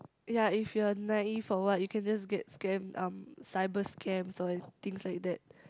ya if you're naive for what you can just get scammed um cyber scam or things like that